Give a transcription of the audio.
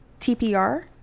tpr